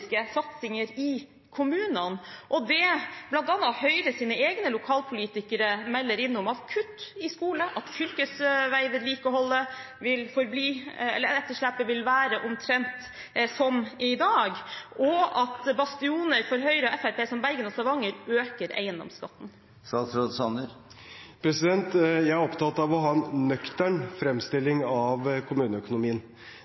historiske satsinger i kommunene og det bl.a. Høyres egne lokalpolitikere melder inn om kutt i skole, om at etterslepet på fylkesveivedlikeholdet vil være omtrent som i dag, og at bastioner for Høyre og Fremskrittspartiet, som Bergen og Stavanger, øker eiendomsskatten? Jeg er opptatt av å ha en nøktern